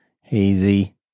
Hazy